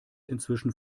inzwischen